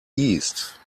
east